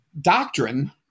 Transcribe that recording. Doctrine